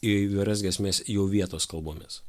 įvairias giesmės jau vietos kalbomis